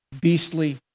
beastly